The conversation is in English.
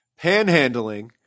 panhandling